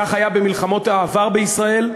כך היה במלחמות העבר בישראל.